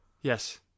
yes